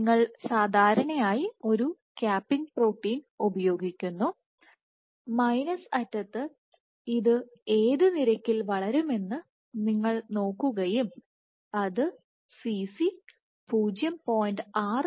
നിങ്ങൾ സാധാരണയായി ഒരു ക്യാപ്പിംഗ് പ്രോട്ടീൻ ഉപയോഗിക്കുന്നു മൈനസ് അറ്റത്ത് ഇത് ഏത് നിരക്കിൽ വളരുമെന്ന് നിങ്ങൾ നോക്കുകയും അത് Cc 0